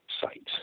sites